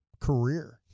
career